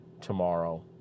tomorrow